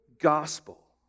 gospel